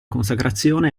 consacrazione